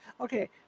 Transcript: Okay